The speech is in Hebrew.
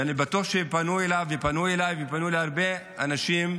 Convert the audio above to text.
ואני בטוח שפנו אליו, ופנו אליי ופנו להרבה אנשים,